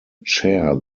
chair